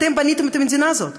אתם בניתם את המדינה הזאת?